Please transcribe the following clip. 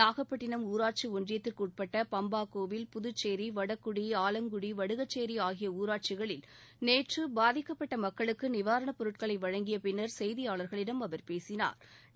நாகப்பட்டினம் ஊராட்சி ஒன்றியத்திற்குட்பட்ட பம்பா கோவில் புதுச்சேரி வடக்குடி ஆலங்குடி வடுகச்சோி ஆகிய ஊராட்சிகளில் நேற்று பாதிக்கப்பட்ட மக்களுக்கு நிவாரணப் பொருட்களை வழங்கிய பின்னா் செய்தியாளா்களிடம் அவர் பேசினாா்